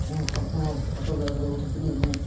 ମୁଁ ପ୍ରଥମ ଫଟୋଗ୍ରାଫ୍ ଉଠିଥିଲି ମୁଁ